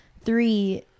three